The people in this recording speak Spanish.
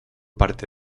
parte